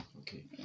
Okay